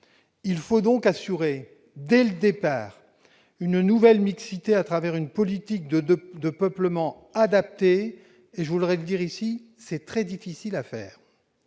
Il faut donc assurer dès le départ une nouvelle mixité, à travers une politique de peuplement adaptée. C'est très difficile à faire.